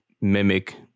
mimic